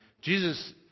Jesus